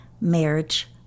marriage